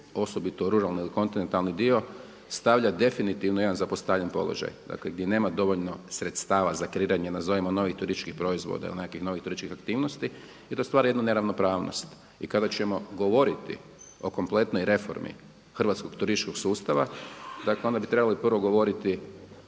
osobito ruralni ili kontinentalni dio, stavlja definitivno u jedan zapostavljeni položaj, dakle gdje nema dovoljno sredstva za kreiranje nazovimo novih turističkih proizvoda ili nekih novih turističkih aktivnosti i to stvara jednu neravnopravnost. I kada ćemo govoriti o kompletnoj reformi hrvatskog turističkog sustava, dakle onda bi trebali prvo govoriti